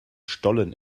stollen